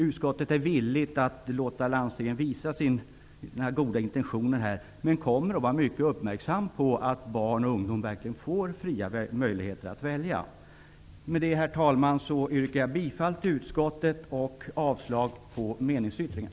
Utskottet är villigt att låta landstingen visa sina goda intentioner men kommer att vara mycket uppmärksam på att barn och ungdom verkligen får fria möjligheter att välja. Herr talman! Med det anförda yrkar jag bifall till utskottets hemställan och avslag på meningsyttringen.